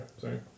sorry